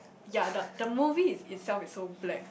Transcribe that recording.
ya the the movie itself is so black